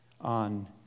on